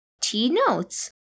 T-notes